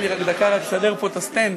תן לי רק דקה לסדר פה את הסטנד.